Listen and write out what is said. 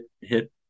hit